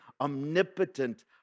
omnipotent